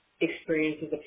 experiences